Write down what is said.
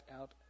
out